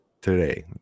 today